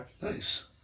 Nice